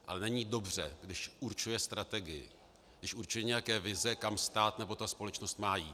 A není dobře, když určuje strategii, když určuje nějaké vize, kam stát nebo společnost má jít.